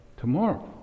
tomorrow